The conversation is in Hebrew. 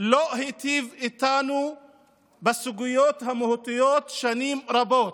לא היטיב איתנו בסוגיות המהותיות שנים רבות.